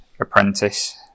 apprentice